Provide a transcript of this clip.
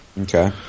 Okay